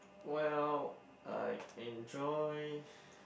well I enjoy